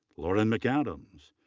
lauren mcadams,